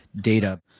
data